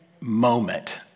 moment